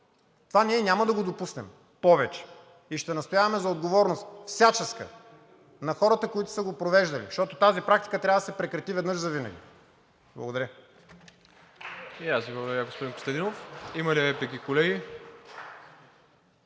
Това ние няма да го допуснем повече и ще настояваме за отговорност, всяческа, на хората, които са го провеждали, защото тази практика трябва да се прекрати веднъж завинаги. Благодаря.